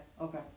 okay